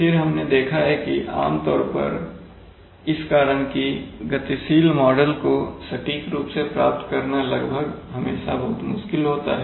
फिर हमने देखा कि आमतौर पर इस कारण की गतिशील मॉडल को सटीक रूप से प्राप्त करना लगभग हमेशा बहुत मुश्किल होता है